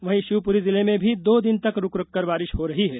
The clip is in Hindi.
वहीं शिवपुरी जिले में भी दो दिन से रूक रूक कर बारिश हो रही है